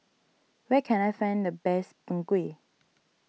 where can I find the best Png Kueh